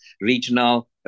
regional